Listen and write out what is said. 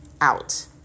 out